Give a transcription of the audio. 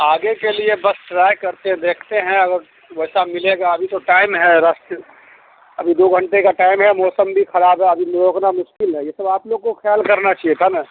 آگے کے لیے بس ٹرائی کرتے ہیں دیکھتے ہیں اگر ویسا ملے گا ابھی تو ٹائم ہے رستے ابھی دو گھنٹے کا ٹائم ہے موسم بھی خراب ہے ابھی روکنا مشکل ہے یہ سب آپ لوگ کو خیال کرنا چاہیے تھا نا